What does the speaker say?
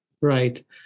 right